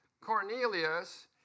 Cornelius